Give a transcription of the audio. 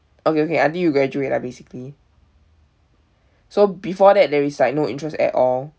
okay okay until you graduate lah basically so before that there is like no interest at all